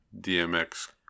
DMX